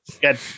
Good